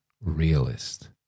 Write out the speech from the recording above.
realist